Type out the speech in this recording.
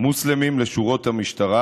מוסלמים לשורות המשטרה,